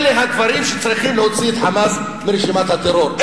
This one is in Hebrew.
אלה הדברים שצריכים להוציא את "חמאס" מרשימת הטרור.